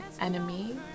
enemy